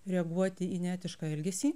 reaguoti į neetišką elgesį